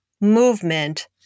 movement